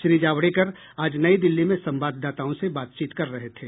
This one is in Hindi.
श्री जावड़ेकर आज नई दिल्ली में संवाददाताओं से बातचीत कर रहे थे